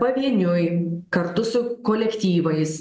pavieniui kartu su kolektyvais